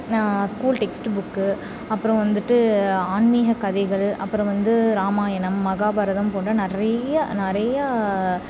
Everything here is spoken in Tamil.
நான் ஸ்கூல் டெக்ஸ்ட் புக்கு அப்புறோம் வந்துட்டு ஆன்மீக கதைகள் அப்புறோம் வந்து ராமாயணம் மகாபாரதம் போன்ற நிறைய நிறையா